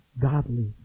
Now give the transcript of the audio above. godly